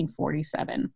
1947